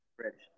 Reddish